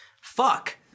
Fuck